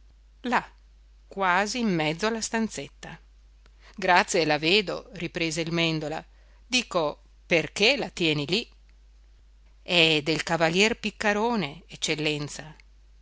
là quasi in mezzo alla stanzetta grazie la vedo riprese il mèndola dico perché la tieni lì è del cavalier piccarone eccellenza